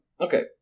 okay